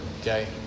okay